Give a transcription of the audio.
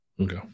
Okay